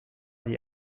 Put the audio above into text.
die